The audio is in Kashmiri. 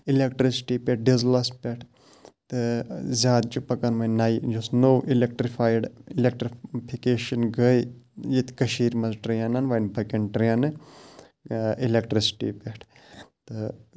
اِلٮ۪کٹِرٛسِٹی پٮ۪ٹھ ڈِزلَس پٮ۪ٹھ تہٕ زیادٕ چھِ پَکان وۄنۍ نَیہِ یُس نوٚو اِلٮ۪کٹِرٛفایِڈ اِلٮ۪کٹِرٛفِکیشَن گٔے ییٚتہِ کٔشیٖرِ منٛز ٹرٛینَن وۄنۍ پَکٮ۪ن ٹرٛینہٕ اِلٮ۪کٹِرٛسِٹی پٮ۪ٹھ تہٕ